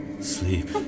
Sleep